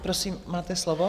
Prosím, máte slovo.